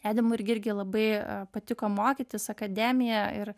edemburge irgi labai patiko mokytis akademija ir